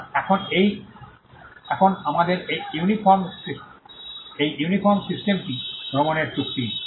আর এখন আমাদের এই ইউনিফর্ম সিস্টেমটি ভ্রমণের চুক্তি